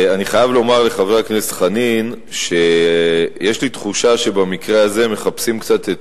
אני חייב לומר לחבר הכנסת חנין שיש לי תחושה שבמקרה הזה מחפשים קצת את